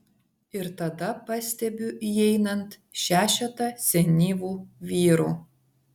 ir tada pastebiu įeinant šešetą senyvų vyrų